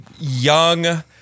young